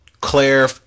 Claire